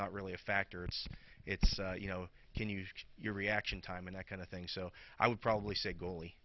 not really a factor and so it's you know can use your reaction time in that kind of thing so i would probably say goalie